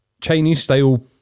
Chinese-style